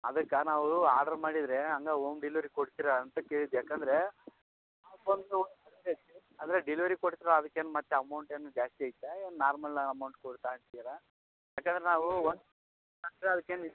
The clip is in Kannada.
ಅದಕ್ಕ ನಾವು ಆರ್ಡ್ರ್ ಮಾಡಿದರೆ ಹಂಗ ಓಮ್ ಡಿಲಿವರಿ ಕೊಡ್ತಿರ ಅಂತ ಕೇಳ್ದೆ ಯಾಕಂದರೆ ಅಂದರೆ ಡಿಲಿವರಿ ಕೊಡ್ತಿರ ಅದಕ್ಕೇನು ಮತ್ತೆ ಅಮೌಂಟ್ ಏನು ಜಾಸ್ತಿ ಐತ ಏನು ನಾರ್ಮಲ್ ಅಮೌಂಟ್ ಕೂಡ ಹಾಕ್ತಿರ ಯಾಕಂದ್ರೆ ನಾವು